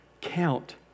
count